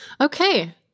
Okay